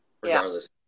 regardless